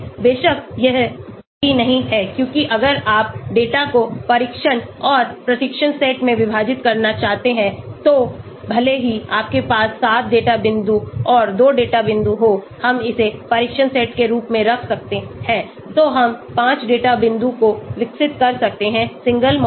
बेशक यह सही नहीं है क्योंकि अगर आप डेटा को परीक्षण और प्रशिक्षण सेट में विभाजित करना चाहते हैं तो भले ही आपके पास 7 डेटा बिंदु और 2 डेटा बिंदु हों हम इसे परीक्षण सेट के रूप में रख सकते हैं तो हम 5 डेटा बिंदु को विकसित कर सकते हैंसिंगल मॉडल के लिए